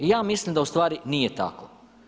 I ja mislim da u stvari nije tako.